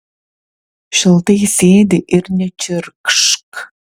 šiltai sėdi ir nečirkšk